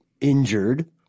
injured